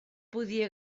podia